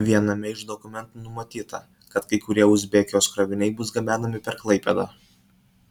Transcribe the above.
viename iš dokumentų numatyta kad kai kurie uzbekijos kroviniai bus gabenami per klaipėdą